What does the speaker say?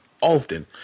often